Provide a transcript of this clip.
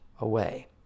away